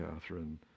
Catherine